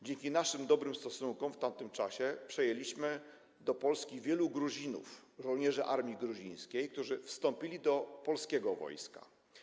Dzięki naszym dobrym stosunkom w tamtym czasie przyjęliśmy do Polski wielu Gruzinów, żołnierzy armii gruzińskiej, którzy wstąpili do polskiego wojska.